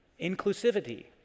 Inclusivity